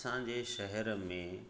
असांजे शहर में